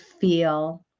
feel